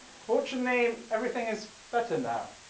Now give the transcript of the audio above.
fortunately, everything is better now.